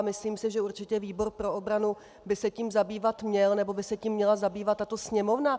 Myslím si, že určitě výbor pro obranu by se tím zabývat měl, nebo by se tím měla zabývat tato Sněmovna.